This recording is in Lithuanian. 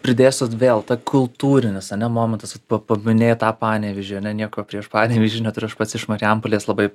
pridėsiu vėl tą kultūrinis ane momentas pa paminėjai tą panevėžį ane nieko prieš panevėžį neturiu aš pats iš marijampolės labai